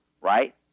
right